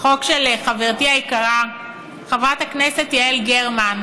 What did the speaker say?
החוק של חברתי היקרה חברת הכנסת יעל גרמן,